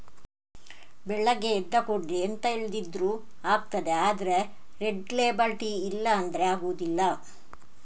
ಬೆಳಗ್ಗೆ ಎದ್ದ ಕೂಡ್ಲೇ ಎಂತ ಇಲ್ದಿದ್ರೂ ಆಗ್ತದೆ ಆದ್ರೆ ರೆಡ್ ಲೇಬಲ್ ಟೀ ಇಲ್ಲ ಅಂದ್ರೆ ಆಗುದಿಲ್ಲ